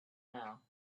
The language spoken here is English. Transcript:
now